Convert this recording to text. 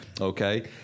Okay